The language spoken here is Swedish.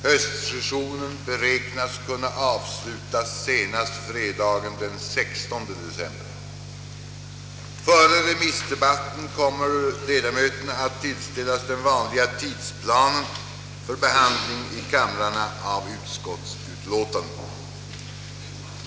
Höstsessionen beräknas kunna avslutas senast fredagen den 16 december. Före remissdebatten kommer ledamöterna att tillställas sedvanlig tidsplan för behandling i kamrarna av utskottsutlåtanden.